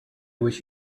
wish